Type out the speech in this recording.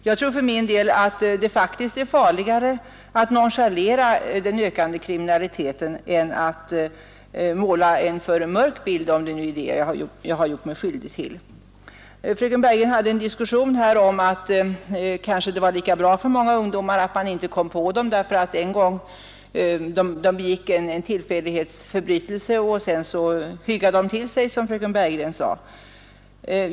Jag tycker för min del att det faktiskt är farligare att nonchalera den ökande kriminaliteten än att måla en alltför mörk bild, om det nu är det jag gjort mig skyldig till. Fröken Bergegren förde ett resonemang om att det kanske var lika bra för många ungdomar att polisen inte fick tag på dem, eftersom det händer att ungdomar begår en tillfällighetsförbrytelse men sedan ”hyggar till sig”, som fröken Bergegren sade.